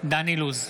דן אילוז,